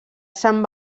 sant